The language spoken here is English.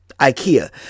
ikea